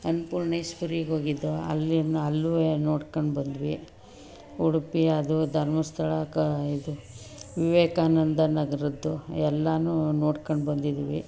ಅನ್ನಪೂರ್ಣೇಶ್ವರಿಗೆ ಹೋಗಿದ್ದೋ ಅಲ್ಲಿ ಅಲ್ಲೂ ನೋಡ್ಕೊಂಡು ಬಂದ್ವಿ ಉಡುಪಿ ಅದು ಧರ್ಮಸ್ಥಳ ಕ ಇದು ವಿವೇಕಾನಂದ ನಗರದ್ದು ಎಲ್ಲನೂ ನೋಡ್ಕೊಂಡು ಬಂದಿದ್ದೀವಿ